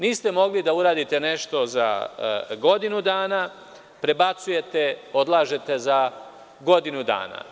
Niste mogli da uradite nešto za godinu dana, pa prebacujete, odnosno odlažete za godinu dana.